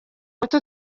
muti